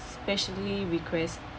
specially request